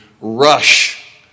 rush